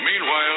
Meanwhile